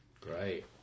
Great